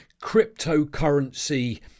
cryptocurrency